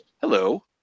hello